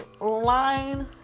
line